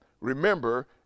remember